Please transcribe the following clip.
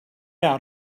out